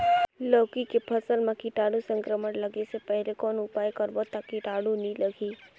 लौकी के फसल मां कीटाणु संक्रमण लगे से पहले कौन उपाय करबो ता कीटाणु नी लगही?